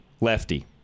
lefty